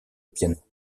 piano